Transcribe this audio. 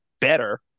better